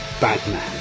Batman